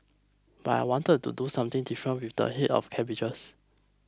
but I wanted to do something different with the head of cabbages